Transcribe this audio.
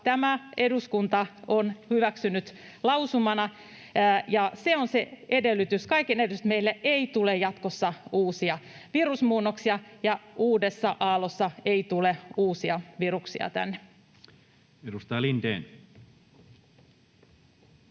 tämä eduskunta on hyväksynyt lausumana, ja se on se edellytys, kaiken edellytys, että meille ei tule jatkossa uusia virusmuunnoksia ja uudessa aallossa ei tule uusia viruksia tänne. [Speech 99]